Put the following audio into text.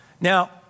Now